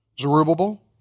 Zerubbabel